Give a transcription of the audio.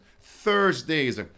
Thursdays